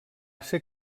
ser